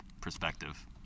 perspective